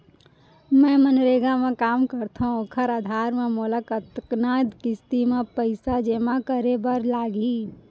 मैं मनरेगा म काम करथो, ओखर आधार म मोला कतना किस्ती म पइसा जेमा करे बर लागही?